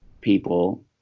people